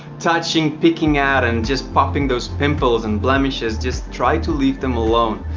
touching picking at and just popping those pimples and blemishes just try to leave them alone.